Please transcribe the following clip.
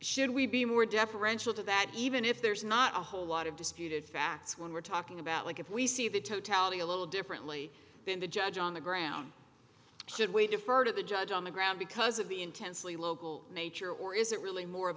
should we be more deferential to that even if there's not a whole lot of disputed facts when we're talking about like if we see the totality a little differently then the judge on the ground should we defer to the judge on the ground because of the intensely local nature or is it really more of